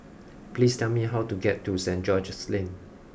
please tell me how to get to Saint George's Lane